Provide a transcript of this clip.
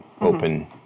open